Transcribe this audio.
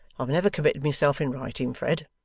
i've never committed myself in writing, fred